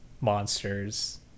monster's